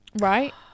right